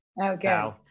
okay